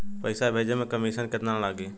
पैसा भेजे में कमिशन केतना लागि?